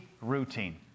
routine